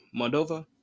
Moldova